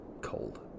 cold